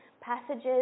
passages